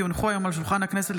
כי הונחו היום על שולחן הכנסת,